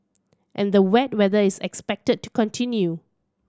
and the wet weather is expected to continue